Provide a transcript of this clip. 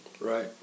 Right